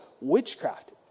witchcraft